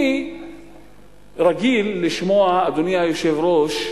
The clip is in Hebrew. אני רגיל לשמוע, אדוני היושב-ראש,